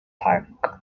park